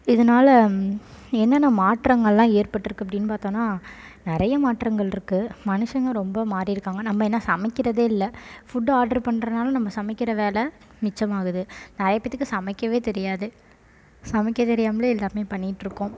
இதனால என்னென்ன மாற்றங்கள்லாம் ஏற்பட்டிருக்கு அப்படின்னு பார்த்தோன்னா நிறைய மாற்றங்கள் இருக்குது மனுஷங்க ரொம்ப மாறி இருக்காங்க நம்ம என்ன சமைக்கிறதே இல்லை ஃபுட்டு ஆர்ட்ரு பண்றதுனால நம்ம சமைக்கிற வேலை மிச்சம் ஆகுது நிறைய பேத்துக்கு சமைக்கவே தெரியாது சமைக்கத் தெரியாமலே எல்லாமே பண்ணிட்டிருக்கோம்